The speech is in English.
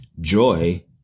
joy